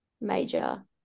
major